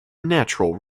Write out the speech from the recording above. natural